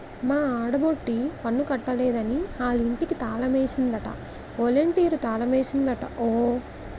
మా ఆడబొట్టి పన్ను కట్టలేదని ఆలింటికి తాలమేసిందట ఒలంటీరు తాలమేసిందట ఓ